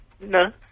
No